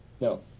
No